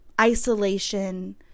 isolation